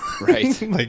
Right